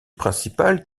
principale